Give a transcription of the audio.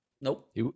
Nope